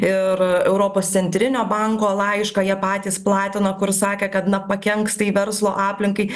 ir europos centrinio banko laišką jie patys platino kur sakė kad na pakenks tai verslo aplinkai